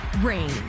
rain